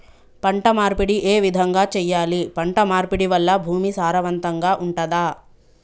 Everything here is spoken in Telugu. పంట మార్పిడి ఏ విధంగా చెయ్యాలి? పంట మార్పిడి వల్ల భూమి సారవంతంగా ఉంటదా?